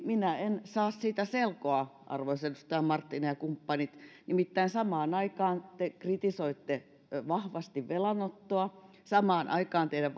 minä en saa siitä selkoa arvoisa edustaja marttinen ja kumppanit nimittäin samaan aikaan te kritisoitte vahvasti velanottoa samaan aikaan teidän